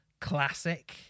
classic